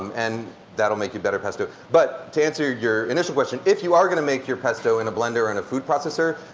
and that'll make it better pesto. but to answer your initial question, if you are going to make your pesto in a blender and a food processor,